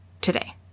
today